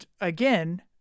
again